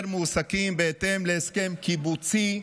מועסקים בהתאם להסכם קיבוצי,